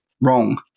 wrong